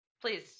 Please